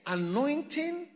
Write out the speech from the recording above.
anointing